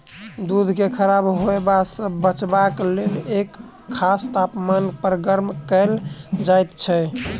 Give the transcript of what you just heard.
दूध के खराब होयबा सॅ बचयबाक लेल एक खास तापमान पर गर्म कयल जाइत छै